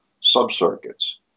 sub-circuits